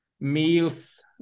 meals